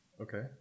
Okay